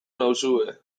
nauzue